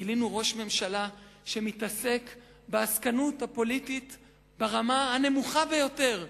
גילינו ראש ממשלה שמתעסק בעסקנות הפוליטית ברמה הנמוכה ביותר,